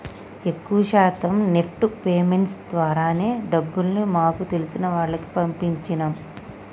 ఎక్కువ శాతం NEFT payments ద్వారానే డబ్బుల్ని మాకు తెలిసిన వాళ్లకి పంపించినం